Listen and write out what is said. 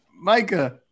Micah